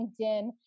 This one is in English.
LinkedIn